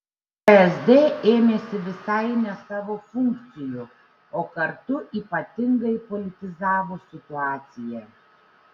vsd ėmėsi visai ne savo funkcijų o kartu ypatingai politizavo situaciją